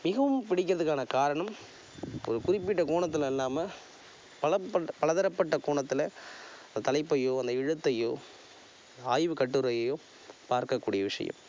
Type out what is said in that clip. மிகவும் பிடிக்கதுக்கான காரணம் இப்போது குறிப்பிட்ட கோணத்தில் இல்லாமல் பல பன்ட் பலதரப்பட்ட கோணத்தில் தலைப்பையோ அந்த எழுத்தையோ ஆய்வு கட்டுரையையோ பார்க்கக்கூடிய விஷயம்